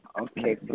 Okay